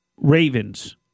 Ravens